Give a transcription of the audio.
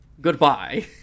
Goodbye